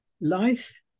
life